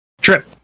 trip